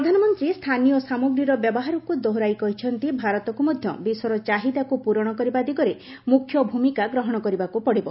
ପ୍ରଧାନମନ୍ତ୍ରୀ ସ୍ଥାନୀୟ ସାମଗ୍ରୀର ବ୍ୟବହାରକୁ ଦୋହରାଇ କହିଛନ୍ତି ଭାରତକୁ ମଧ୍ୟ ବିଶ୍ୱର ଚାହିଦାକୁ ପୂରଣ କରିବା ଦିଗରେ ମୁଖ୍ୟ ଭୂମିକା ଗ୍ରହଣ କରିବାକୁ ପଡ଼ିବ